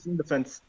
defense